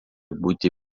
būti